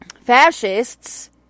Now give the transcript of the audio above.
fascists